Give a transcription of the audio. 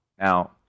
Now